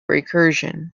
recursion